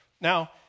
Now